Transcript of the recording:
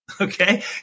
okay